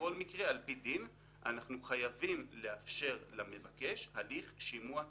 בכל מקרה על פי דין אנחנו מחויבים לאפשר למבקש הליך שימוע תקין.